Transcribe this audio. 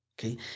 Okay